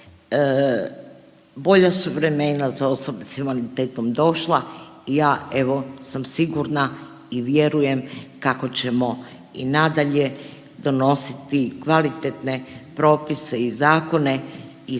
Bolja su vremena za osobe s invaliditetom i ja evo sam sigurna i vjerujem kako ćemo i nadalje donositi kvalitetne propise i zakone.